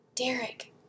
Derek